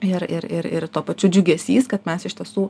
ir ir ir tuo pačiu džiugesys kad mes iš tiesų